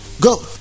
go